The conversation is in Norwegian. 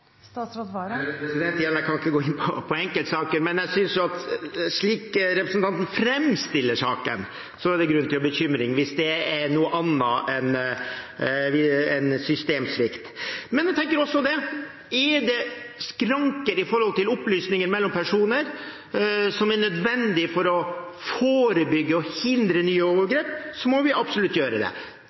Igjen: Jeg kan ikke gå inn på enkeltsaker, men jeg synes at slik representanten framstiller saken, er det grunn til bekymring – hvis det er noe annet enn systemsvikt. Jeg tenker også at hvis det er skranker med hensyn til opplysninger mellom personer som er nødvendige for å forebygge og hindre nye overgrep, må vi absolutt gjøre noe med det.